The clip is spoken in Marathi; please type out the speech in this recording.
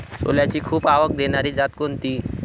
सोल्याची खूप आवक देनारी जात कोनची?